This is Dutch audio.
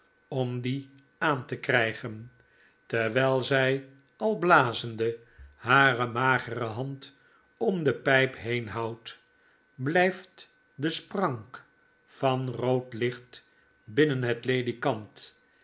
om die aan te krftgen terwjjl zy al blazende hare magere hand om de ptjp heen houdt blyft de sprank van rood licht binnen het ledikant